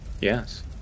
Yes